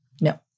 No